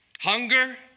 hunger